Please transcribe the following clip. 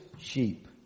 sheep